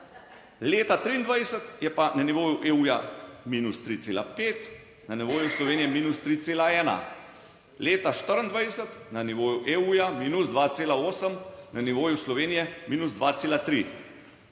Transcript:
Leta 2023 je pa na nivoju EU minus 3,5 na nivoju Slovenije minus 3,1. Leta 2024 na nivoju EU minus 2,8 na nivoju Slovenije minus 2,3,